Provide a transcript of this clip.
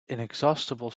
inexhaustible